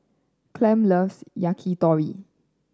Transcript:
Clem loves Yakitori